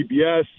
CBS